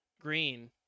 green